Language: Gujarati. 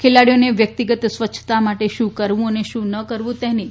ખેલાડીઓને વ્યક્તિગત સ્વચ્છતા માટે શું કરવું અને શું ન કરવું તેની યાદી અપાઈ છ